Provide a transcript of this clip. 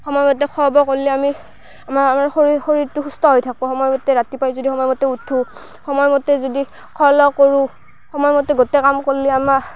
সময়মতে খোৱা বোৱা কৰিলে আমি আমাৰ আমাৰ শৰীৰ শৰীৰটো সুস্থ হৈ থাকিব সময়মতে ৰাতিপুৱাই যদি সময়মতে উঠো সময়মতে যদি খোৱা লোৱা কৰোঁ সময়মতে গোটেই কাম কৰিলে আমাৰ